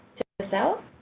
to fill